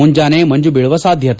ಮುಂಜಾನೆ ಮಂಜು ಬೀಳುವ ಸಾಧ್ಯತೆ